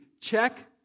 Check